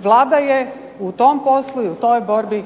Vlada je u tom poslu i u toj borbi